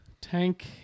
Tank